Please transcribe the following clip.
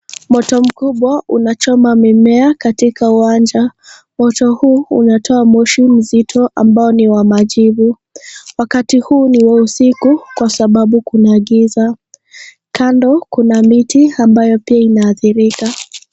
Moto mkubwa, unachoma mimea katika uwanja. Moto huu, unatoa moshi mzito, ambao ni wa majivu. Wakati huu ni wa usiku, kwa sababu kuna giza. Kando, kuna miti ambayo pia inaathirika.